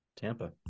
Tampa